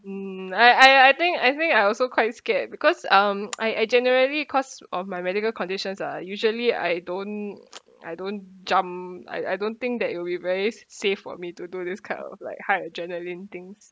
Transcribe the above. mm I I I think I think I also quite scared because um I I generally cause of my medical conditions ah usually I don't I don't jump I I don't think that it will be very safe for me to do this kind of like high adrenaline things